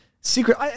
secret